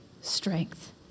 strength